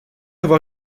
avoir